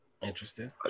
Interesting